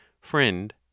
Friend